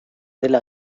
dela